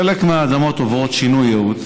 חלק מהאדמות עוברות שינוי ייעוד,